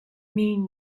mean